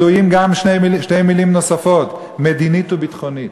תלויות גם שתי מילים נוספות: מדינית וביטחונית.